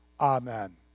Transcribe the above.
Amen